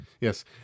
Yes